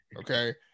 Okay